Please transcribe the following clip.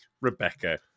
rebecca